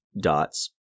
dots